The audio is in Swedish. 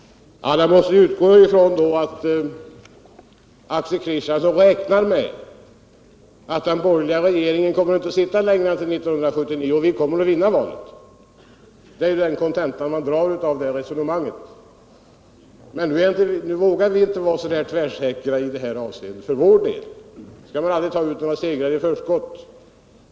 Man måste då utgå ifrån att Axel Kristiansson räknar med att den borgerliga regeringen inte kommer att sitta längre än till 1979 och att vi kommer att vinna valet — det är kontentan av resonemanget. Men nu vågar vi inte för vår del vara så tvärsäkra i det avseendet. Man skall aldrig ta ut några segrar i förskott.